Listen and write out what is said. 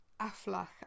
Aflach